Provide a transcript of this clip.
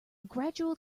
gradual